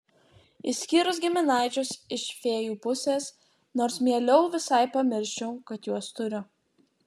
išskyrus giminaičius iš fėjų pusės nors mieliau visai pamirščiau kad juos turiu